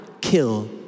kill